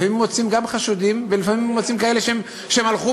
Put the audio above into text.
לפעמים מוצאים גם חשודים ולפעמים מוצאים כאלה שהלכו,